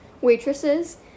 waitresses